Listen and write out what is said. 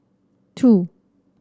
two